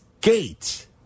gate